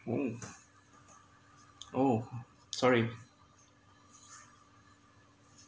!whoa! oh sorry